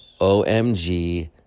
OMG